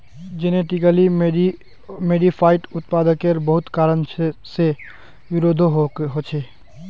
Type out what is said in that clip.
genetically modified उत्पादेर बहुत कारण से विरोधो होछे